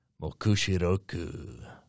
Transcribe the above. Mokushiroku